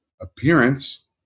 appearance